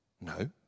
No